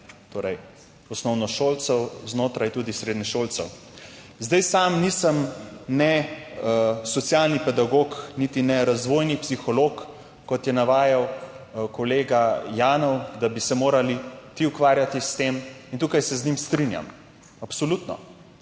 znotraj osnovnošolcev, tudi znotraj srednješolcev. Sam nisem ne socialni pedagog niti ne razvojni psiholog, kot je navajal kolega Janev, da bi se morali ti ukvarjati s tem, in tukaj se z njim strinjam, absolutno.